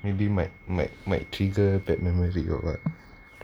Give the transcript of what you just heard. maybe might might might trigger bad memory all